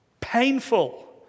painful